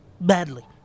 Badly